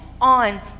on